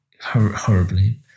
horribly